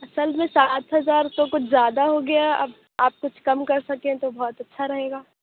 اصل میں سات ہزار تو کچھ زیادہ ہو گیا اب آپ کچھ کم کر سکیں تو بہت اچھا رہے گا